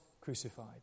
crucified